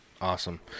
Awesome